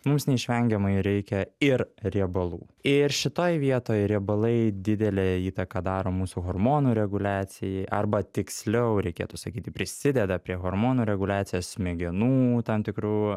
mums neišvengiamai reikia ir riebalų ir šitoj vietoj riebalai didelę įtaką daro mūsų hormonų reguliacijai arba tiksliau reikėtų sakyti prisideda prie hormonų reguliacijos smegenų tam tikrų